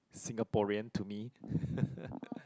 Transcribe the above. Singaporean to me